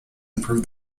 improve